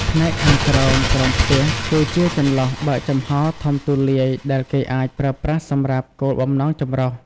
ផ្នែកខាងក្រោម ក្រោមផ្ទះ គឺជា ចន្លោះបើកចំហរធំទូលាយ ដែលគេអាចប្រើប្រាស់សម្រាប់គោលបំណងចម្រុះ ។